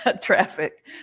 traffic